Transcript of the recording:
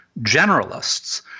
generalists